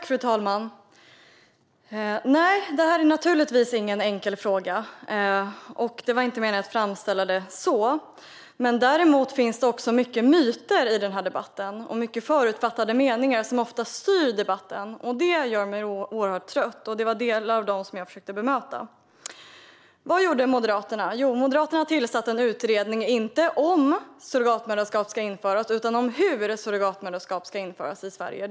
Fru talman! Nej, det är naturligtvis ingen enkel fråga, och det var inte meningen att framställa det så. Däremot finns det många myter och förutfattade meningar som ofta styr debatten. Det gör mig oerhört trött, och det var en del av dessa som jag försökte bemöta. Vad gjorde Moderaterna? Jo, Moderaterna tillsatte en utredning, inte om utan hur surrogatmoderskap ska införas i Sverige.